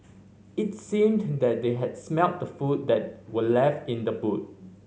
it seemed that they had smelt the food that were left in the boot